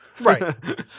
Right